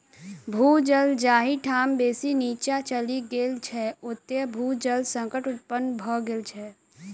भू जल जाहि ठाम बेसी नीचाँ चलि गेल छै, ओतय भू जल संकट उत्पन्न भ गेल छै